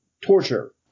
torture